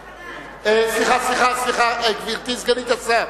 סליחה, סליחה, גברתי סגנית השר.